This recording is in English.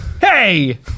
Hey